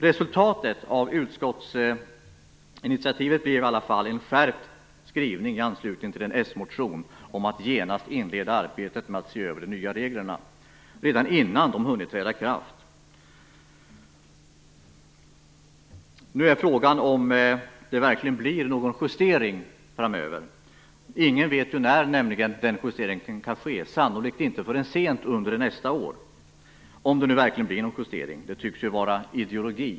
Resultatet av utskottsinitiativet blev i alla fall en skärpt skrivning i anslutning till en s-motion om att genast inleda arbetet med att se över de nya reglerna, redan innan de hunnit träda i kraft. Nu är frågan om det verkligen blir någon justering framöver. Ingen vet nämligen när den justeringen kan ske, men sannolikt blir det inte förrän sent under nästa år. Om det nu blir någon justering - det tycks ju handla om ideologi.